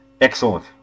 Excellent